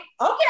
okay